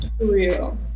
real